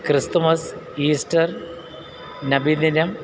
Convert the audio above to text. Christmas Easter Nabidinam